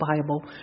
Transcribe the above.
Bible